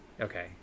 Okay